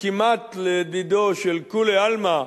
כמעט לדידו של כולי עלמא,